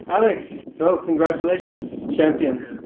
alex, so congratulations champions.